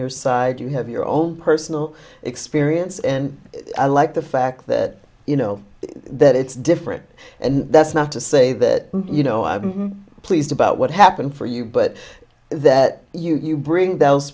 your side you have your own personal experience and i like the fact that you know that it's different and that's not to say that you know i'm pleased about what happened for you but that you bring those